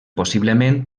possiblement